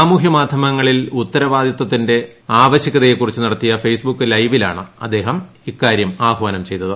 സമൂഹമാധ്യമങ്ങളിൽ ഉത്തരവാദിത്തത്തിന്റെ ആവശ്യകതയെ കുറിച്ച് നടത്തിയ ഫെയ്സ്ബുക്ക് ലൈവിലാണ് അദ്ദേഹം ഇക്കാരൃം ആഹാനം ചെയ്തത്